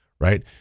right